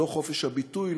לא חופש הביטוי,